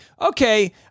Okay